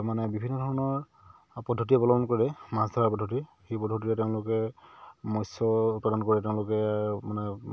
মানে বিভিন্ন ধৰণৰ পদ্ধতি অৱলম্বন কৰে মাছ ধৰা পদ্ধতি সেই পদ্ধতিৰে তেওঁলোকে মৎস্য উৎপাদন কৰে তেওঁলোকে মানে